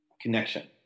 connection